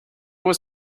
was